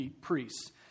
priests